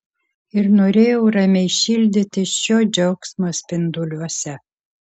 ir norėjau ramiai šildytis šio džiaugsmo spinduliuose